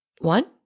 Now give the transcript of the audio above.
One